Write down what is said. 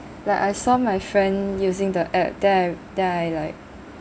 like I saw my friend using the app then I then I like